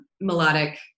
melodic